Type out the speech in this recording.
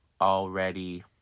already